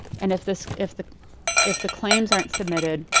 and if this if the if the claims aren't submitted,